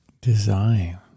Design